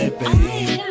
baby